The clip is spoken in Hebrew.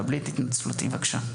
קבלי את התנצלותי בבקשה.